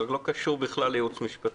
אבל לא קשור בכלל לייעוץ משפטי.